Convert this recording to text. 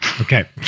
Okay